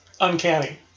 uncanny